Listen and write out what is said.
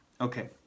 Okay